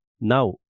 now